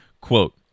Quote